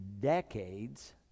decades